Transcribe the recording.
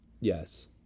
Yes